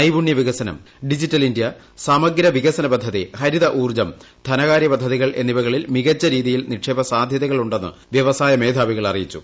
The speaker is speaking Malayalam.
നൈപുണ്യവികസനം ഡിജിറ്റൽഇന്ത്യ സമഗ്ര വികസന പദ്ധതി ഹരിതഊർജ്ജം ധനകാര്യ പദ്ധതികൾ എന്നിവകളിൽമികച്ച രീതിയിൽ നിക്ഷേപ സാധൃതകൾ ഉണ്ടെന്ന് വൃവസായ മേധാവികൾ അറിയിച്ചു